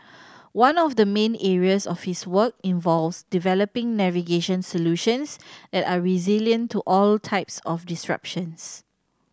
one of the main areas of his work involves developing navigation solutions that are resilient to all types of disruptions